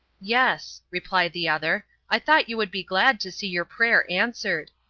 yes, replied the other. i thought you would be glad to see your prayer answered.